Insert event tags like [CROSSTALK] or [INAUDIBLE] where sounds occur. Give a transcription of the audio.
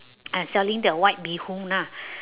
and selling the white bee hoon lah [BREATH]